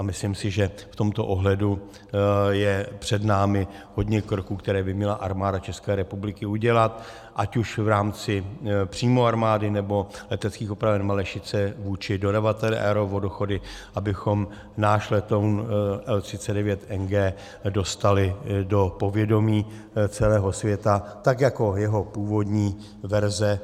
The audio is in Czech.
A myslím si, že v tomto ohledu je před námi hodně kroků, které by měla Armáda České republiky udělat ať už v rámci přímo armády, nebo Leteckých opraven Malešice vůči dodavateli Aeru Vodochody, abychom náš letoun L39NG dostali do povědomí celého světa tak jako jeho původní verze.